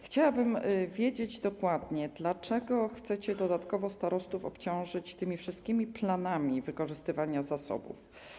Chciałabym wiedzieć dokładnie, dlaczego chcecie dodatkowo obciążyć starostów tymi wszystkimi planami wykorzystywania zasobów.